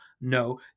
No